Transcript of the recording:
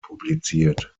publiziert